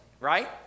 right